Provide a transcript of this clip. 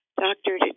doctor